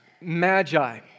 magi